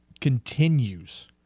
continues